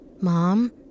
Mom